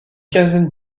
quinzaine